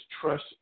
trust